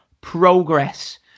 Progress